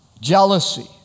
jealousy